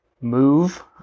move